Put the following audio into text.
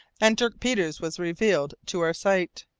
and dirk peters was revealed to our sight,